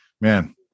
man